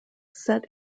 set